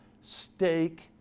steak